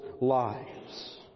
lives